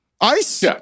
Ice